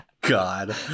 God